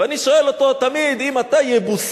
ואני שואל אותו תמיד: אם אתה יבוסי,